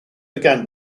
began